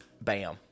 bam